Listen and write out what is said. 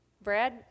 Brad